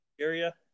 area